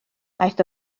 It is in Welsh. aeth